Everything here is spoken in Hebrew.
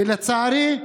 ולצערי,